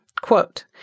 quote